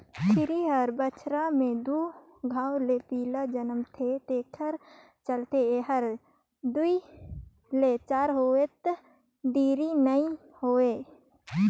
छेरी हर बच्छर में दू घांव ले पिला जनमाथे तेखर चलते ए हर दूइ ले चायर होवत देरी नइ होय